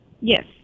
Yes